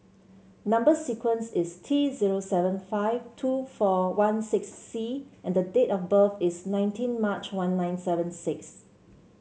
number sequence is T zero seven five two four one six C and date of birth is nineteen March one nine seven six